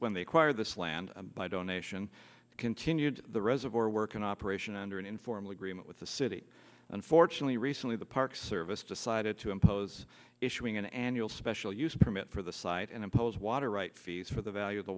when the choir this land by donation continued to the reservoir work in operation under an informal agreement with the city unfortunately recently the park service decided to impose issuing an annual special use permit for the site and impose water rights fees for the value of the